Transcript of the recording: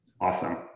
Awesome